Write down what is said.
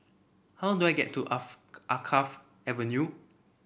how do I get to Alkaff Avenue